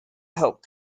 help